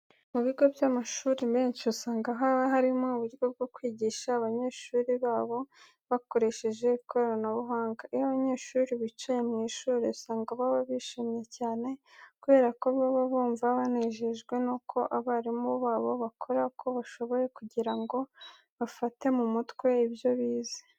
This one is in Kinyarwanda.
Mu bigo by'amashuri menshi, usanga haba harimo uburyo bwo kwigisha abanyeshuri babo bakoresheje ikoranabuhanga. Iyo abanyeshuri bicaye mu ishuri, usanga baba bishimye cyane kubera ko baba bumva banejejwe nuko abarimu babo bakora uko bashoboye kugira ngo bafate mu mutwe ibyo bize.